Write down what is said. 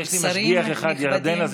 אלי, יש לי משגיח אחד, ירדנה.